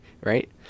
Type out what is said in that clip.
Right